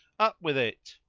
up with it.